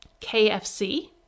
KFC